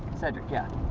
cedric, yeah. oh